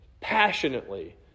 passionately